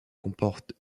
comporte